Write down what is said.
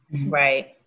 Right